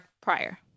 prior